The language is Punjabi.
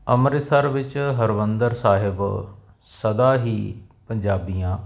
ਅੰਮ੍ਰਿਤਸਰ ਵਿੱਚ ਹਰਿਮੰਦਰ ਸਾਹਿਬ ਸਦਾ ਹੀ ਪੰਜਾਬੀਆਂ ਅਤੇ